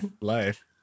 life